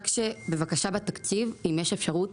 בקשה לגבי התקציב, אם יש אפשרות